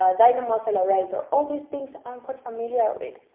ah dynamo accelerator all these things. i'm quite familiar with.